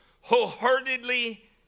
Wholeheartedly